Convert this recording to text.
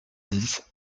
dix